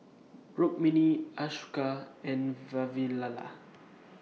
Rukmini Ashoka and Vavilala